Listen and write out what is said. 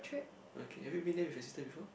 okay have you been there with your sister before